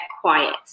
quiet